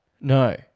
No